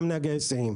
אגב, גם נהגי הסיעים.